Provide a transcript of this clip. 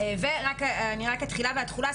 ורק בעניין התחילה והתחולה,